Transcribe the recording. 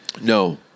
No